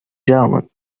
gentlemen